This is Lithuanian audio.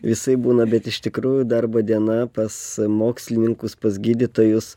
visaip būna bet iš tikrųjų darbo diena pas mokslininkus pas gydytojus